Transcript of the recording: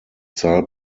zahl